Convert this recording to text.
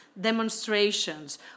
demonstrations